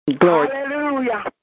hallelujah